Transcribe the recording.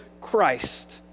Christ